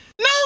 No